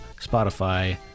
Spotify